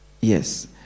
Yes